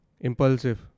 impulsive